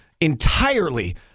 entirely